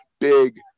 big